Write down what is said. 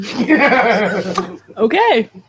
Okay